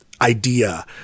idea